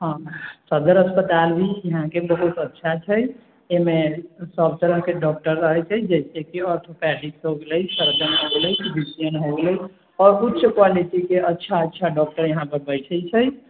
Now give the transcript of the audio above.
हँ सदर अस्पताल भी यहाँ के बहुत अच्छा छै एहिमे सब तरह के डॉक्टर रहै छै जैसेकी ऑर्थोपेडिक्स हो गेलै सर्जन हो गेलै फिजिशियन हो गेलै और ऊच्च क्वालिटी के अच्छा अच्छा डॉक्टर यहाँ पे बैठै छै